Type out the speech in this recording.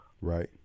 Right